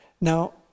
Now